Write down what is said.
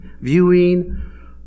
viewing